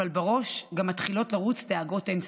אבל בראש גם מתחילות לרוץ דאגות אין-סוף.